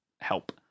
help